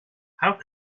how